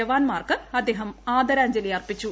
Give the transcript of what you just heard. ജവാന്മാർക്ക് അദ്ദേഹം ആദരാഞ്ജലി അർപ്പിച്ചു